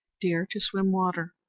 deer to swim water,